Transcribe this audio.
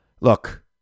look